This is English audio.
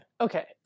okay